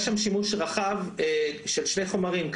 יש שם שימוש רחב של שני חומרים,